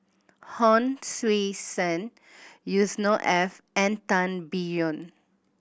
Hon Sui Sen Yusnor Ef and Tan Biyun